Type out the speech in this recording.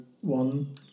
one